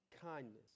kindness